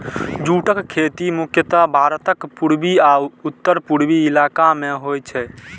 जूटक खेती मुख्यतः भारतक पूर्वी आ उत्तर पूर्वी इलाका मे होइ छै